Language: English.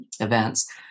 events